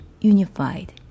unified